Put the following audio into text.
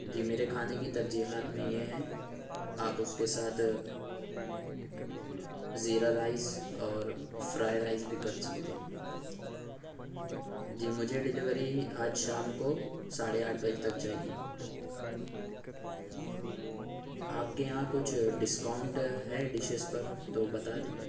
جی میرے کھانے کی ترجیحات میں یہ ہیں آپ اس کے ساتھ زیرا رائس اور فرائی رائس بھی کر سکتے ہیں جی مجھے ڈلیوری آج شام کو ساڑھے آٹھ بجے تک چاہیے آپ کے یہاں کچھ ڈسکاؤنٹ ہے ڈشز پر تو بتا دیں